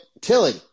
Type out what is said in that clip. Tilly